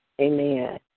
Amen